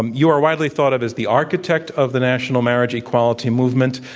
um u are widely thought of as the architect of the national marriage equality movement.